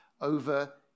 Over